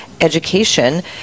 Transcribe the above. Education